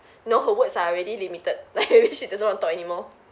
know her words are already limited like maybe she doesn't want to talk anymore